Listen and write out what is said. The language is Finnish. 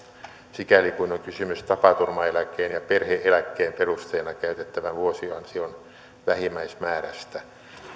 sikäli kuin on kysymys tapaturmaeläkkeen ja perhe eläkkeen perusteena käytettävän vuosiansion vähimmäismäärästä